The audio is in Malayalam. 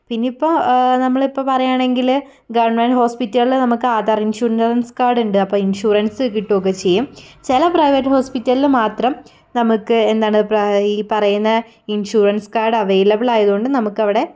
പിന്നെയിപ്പോൾ നമ്മളിപ്പം പറയുകയാണെങ്കിൽ ഗവൺമെൻറ്റ് ഹോസ്പിറ്റലുകളിൽ നമുക്ക് ആധാർ ഇൻഷുൻറൻസ് കാർഡുണ്ട് അപ്പോൾ ഇൻഷുറൻസ് കിട്ടുകയൊക്കെ ചെയ്യും ചില പ്രൈവറ്റ് ഹോസ്പിറ്റലിൽ മാത്രം നമുക്ക് എന്താണ് പ്രാ ഈ പറയുന്ന ഇൻഷുറൻസ് കാർഡ് അവൈലബിളായതു കൊണ്ട് നമുക്കവിടെ